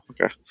okay